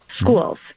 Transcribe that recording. schools